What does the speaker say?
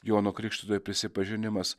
jono krikštytojo prisipažinimas